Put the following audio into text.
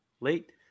Late